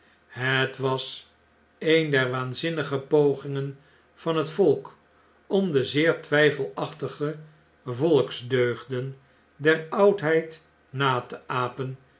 het was een der waanzinnige pogingen van het volk om de zeer twn'felachtige volksdeugden der oudheid na te apen